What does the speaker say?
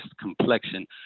complexion